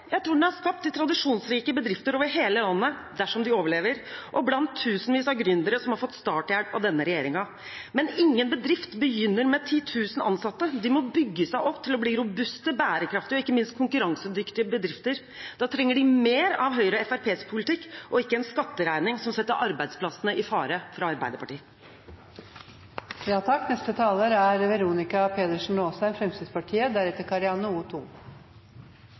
tradisjonsrike bedrifter over hele landet, dersom de overlever, og blant tusenvis av gründere som har fått starthjelp av denne regjeringen. Men ingen bedrift begynner med 10 000 ansatte, de må bygge seg opp til å bli robuste, bærekraftige og ikke minst konkurransedyktige bedrifter. Da trenger de mer av Høyre og Fremskrittspartiets politikk, og ikke en skatteregning fra Arbeiderpartiet som setter arbeidsplassene i fare. Fremskrittspartiet ser helheten i straffesakskjeden. Regjeringens offensive satsing på nye stillinger i påtalemyndigheten er